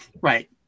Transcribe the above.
Right